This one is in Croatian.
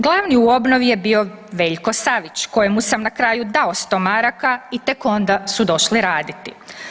Glavni u obnovi je bio Veljko Savić kojemu sam na kraju dao 100 maraka i tek onda su došli raditi.